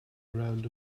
around